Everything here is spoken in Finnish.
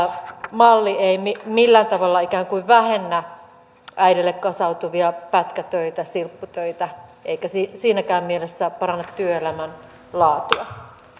malli ei millään tavalla ikään kuin vähennä äideille kasautuvia pätkätöitä silpputöitä eikä siinäkään mielessä paranna työelämän laatua